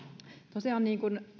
tosiaan niin kuin